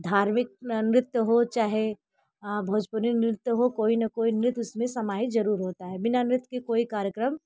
धार्मिक नृत्य हो चाहे भोजपुरी नृत्य हो कोई न कोई नृत्य उसमे समाहित जरूर होता है बिना नृत्य के कोई कार्यक्रम